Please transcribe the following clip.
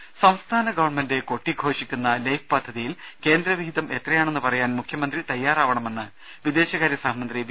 രാമ സംസ്ഥാന ഗവൺമെന്റ് കൊട്ടിഘോഷിക്കുന്ന ലൈഫ് പദ്ധതിയിൽ കേന്ദ്രവിഹിതം എത്രയാണെന്ന് പറയാൻ മുഖ്യമന്ത്രി തയ്യാറാവണമെന്ന് വിദേശകാര്യ സഹമന്ത്രി വി